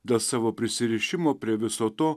dėl savo prisirišimo prie viso to